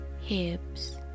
hips